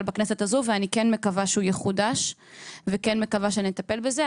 בכנסת הזו ואני כן מקווה שהוא יחודש וכן מקווה שנטפל בזה,